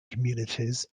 communities